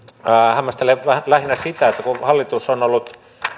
hämmästelen lähinnä sitä että kun hallitus on ollut tämän